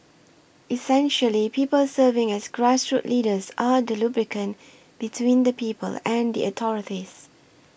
essentially people serving as grassroots leaders are the lubricant between the people and the authorities